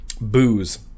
booze